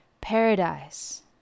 Paradise